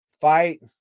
Fight